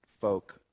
folk